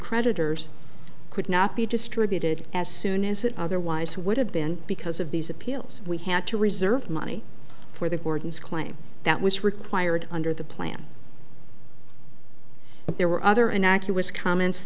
creditors could not be distributed as soon as it otherwise would have been because of these appeals we had to reserve money for the gordons claim that was required under the plan but there were other an actor was comments